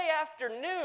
afternoon